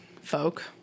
folk